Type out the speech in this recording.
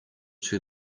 too